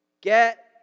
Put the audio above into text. Get